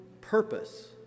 purpose